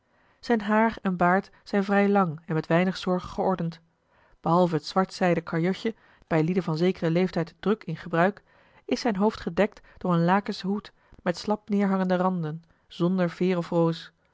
zijn haar en baard zijn vrij lang en met weinig zorg geordend behalve het zwart zijden calotje bij lieden van zekeren leeftijd druk in gebruik is zijn hoofd gedekt door een lakenschen hoed met slap neêrhangende randen zonder veêr of roos